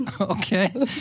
Okay